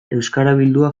euskarabildua